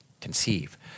conceive